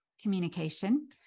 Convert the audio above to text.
communication